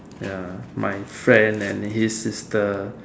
ya my friend and his sister